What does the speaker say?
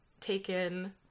taken